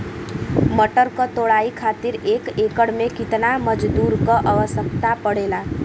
मटर क तोड़ाई खातीर एक एकड़ में कितना मजदूर क आवश्यकता पड़ेला?